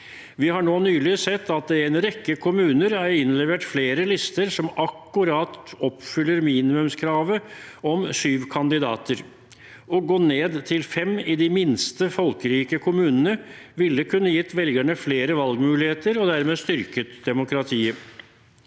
Vi har nå nylig sett at det i en rekke kommuner er innlevert flere lister som akkurat oppfyller minimumskravet om syv kandidater. Å gå ned til fem i de minst folkerike kommunene ville kunne gitt velgerne flere valgmuligheter og dermed styrket demokratiet.